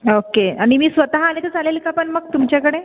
okay आणि मी स्वतः आले तर चालेल का पण मग तुमच्याकडे